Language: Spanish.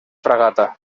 fragata